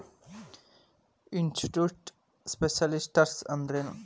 Institutional investors ಅಂದ್ರೇನು?